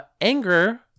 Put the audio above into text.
anger